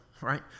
right